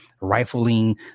rifling